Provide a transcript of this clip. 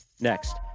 next